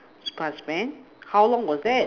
sponge man how long was that